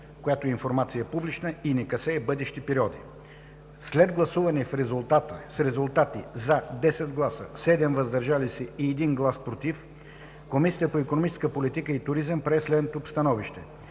Комисията по икономическа политика и туризъм прие следното становище: